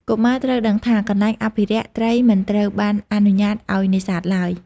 កុមារត្រូវដឹងថា កន្លែងអភិរក្ស ត្រីមិនត្រូវបានអនុញ្ញាតឱ្យនេសាទឡើយ។